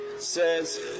says